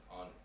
on